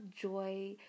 joy